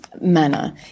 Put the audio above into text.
manner